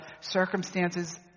circumstances